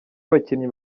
abakinnyi